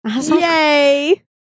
Yay